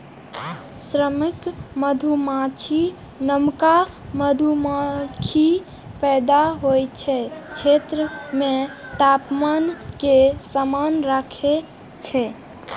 श्रमिक मधुमाछी नवका मधुमाछीक पैदा होइ के क्षेत्र मे तापमान कें समान राखै छै